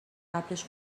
قبلش